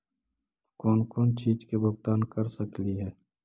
कौन कौन चिज के भुगतान कर सकली हे?